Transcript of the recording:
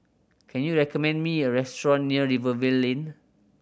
can you recommend me a restaurant near Rivervale Lane